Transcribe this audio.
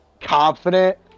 confident